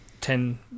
ten